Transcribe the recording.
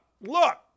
look